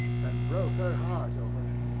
and broke her heart over it.